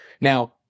Now